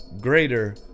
greater